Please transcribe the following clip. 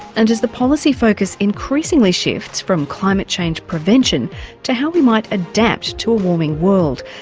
and as the policy focus increasingly shifts from climate change prevention to how we might adapt to a warming world,